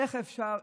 איך אפשר?